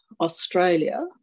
Australia